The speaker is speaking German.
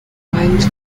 meint